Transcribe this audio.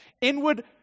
Inward